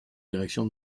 direction